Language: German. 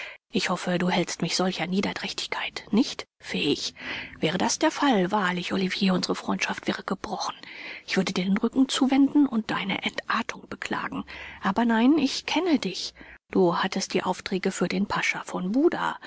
ich hoffe du hältst mich solcher niederträchtigkeit nicht fähig wäre das der fall wahrlich olivier unsere freundschaft wäre gebrochen ich würde dir den rücken zuwenden und deine entartung beklagen aber nein ich kenne dich du hattest die aufträge für den pascha von buda